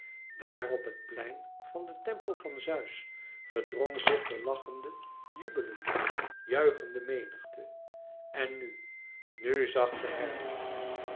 op het plein van den tempel van zeus verdrong zich de lachende jubelende juichende menigte en nu nu zag de herder